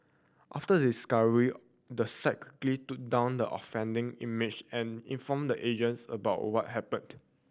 after the discovery the site quickly took down the offending image and informed the agence about what happened